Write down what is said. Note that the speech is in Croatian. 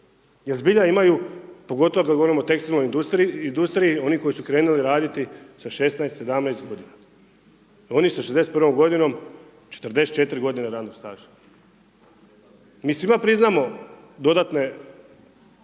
zbilja imaju pogotovo kad govorimo o tekstilnoj industriji, oni koji su krenuli raditi sa 16, 17 g, oni sa 61 g., 44 radnog staža. Mi svima priznamo dodatne